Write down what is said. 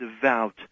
devout